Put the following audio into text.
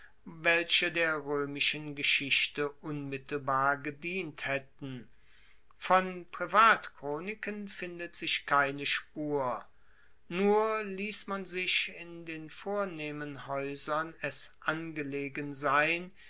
welche der roemischen geschichte unmittelbar gedient haetten von privatchroniken findet sich keine spur nur liess man sich in den vornehmen haeusern es angelegen sein